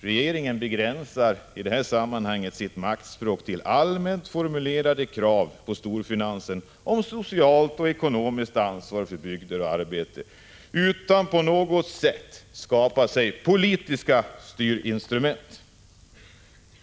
Regeringen begränsar i detta sammanhang sitt maktspråk till allmänt formulerade krav på storfinansen om socialt och ekonomiskt ansvar för bygder och arbete, utan att på något sätt skapa sig politiska styrinstrument.